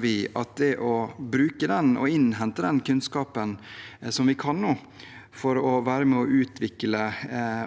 vi at det å bruke og innhente den kunnskapen som vi nå kan, for å være med og utvikle